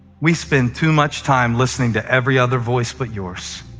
we spend too much time listening to every other voice but yours,